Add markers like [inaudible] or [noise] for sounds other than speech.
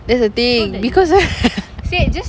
that's the thing because right [noise]